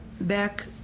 back